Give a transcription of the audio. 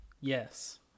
Yes